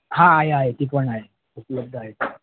हां आहे आहे ती पण आहे उपलब्ध आहे